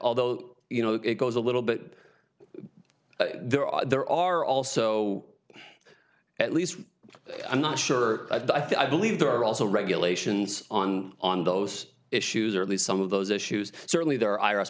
although you know it goes a little bit there are there are also at least i'm not sure i believe there are also regulations on on those issues or at least some of those issues certainly there i